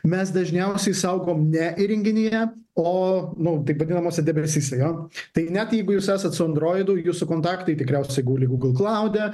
mes dažniausiai saugom ne įrenginyje o nu taip vadinamuose debesyse jo tai net jeigu jūs esat su androidu jūsų kontaktai tikriausiai guli google klaude